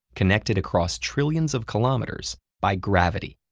connected across trillions of kilometers by gravity.